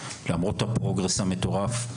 למרות הפרוגרס המטורף,